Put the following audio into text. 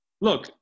Look